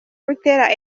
buteera